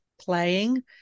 playing